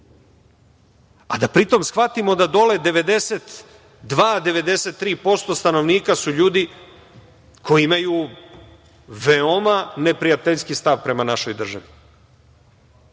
A da pri tom shvatimo da dole 92-93% stanovnika su ljudi koji imaju veoma neprijateljski stav prema našoj državi. Prolazi